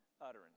utterance